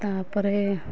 ତାପରେ